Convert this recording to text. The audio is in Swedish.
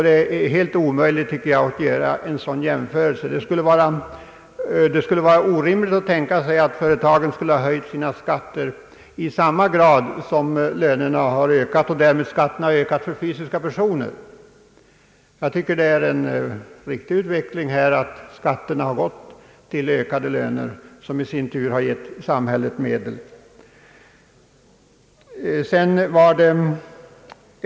Det är helt omöjligt att göra en sådan jämförelse som herr Ericsson gjort. Det skulle vara orimligt att tänka sig att företagens skatter skulle ha ökat i samma grad som lönerna och skatten ökat för fysiska personer. Jag tycker att det är en riktig utveckling att man ökat de anställdas löner, vilket i sin tur gett samhället medel genom skatter.